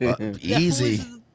Easy